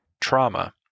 trauma